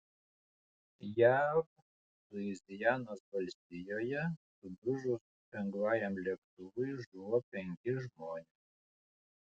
jav luizianos valstijoje sudužus lengvajam lėktuvui žuvo penki žmonės